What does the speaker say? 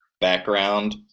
background